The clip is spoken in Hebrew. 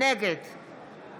נגד